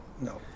No